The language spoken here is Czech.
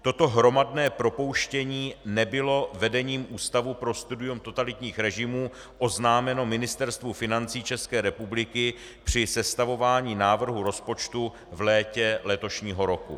Toto hromadné propouštění nebylo vedením Ústavu pro studium totalitních režimů oznámeno Ministerstvu financí České republiky při sestavování návrhu rozpočtu v létě letošního roku.